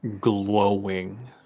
glowing